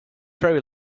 ferry